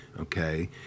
Okay